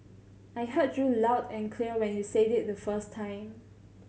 I heard you loud and clear when you said it the first time